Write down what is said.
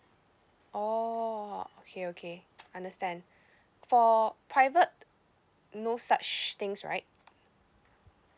oh okay okay understand for private no such things right